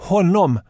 Honom